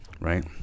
right